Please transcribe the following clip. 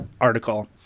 article